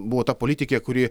buvo ta politikė kuri